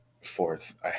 fourth